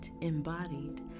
embodied